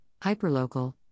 hyperlocal